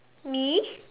me